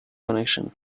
connection